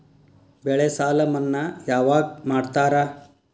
ಬೆಳೆ ಸಾಲ ಮನ್ನಾ ಯಾವಾಗ್ ಮಾಡ್ತಾರಾ?